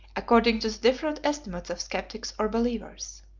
according to the different estimates of sceptics or believers.